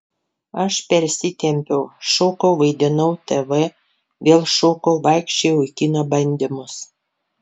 aš persitempiau šokau vaidinau tv vėl šokau vaikščiojau į kino bandymus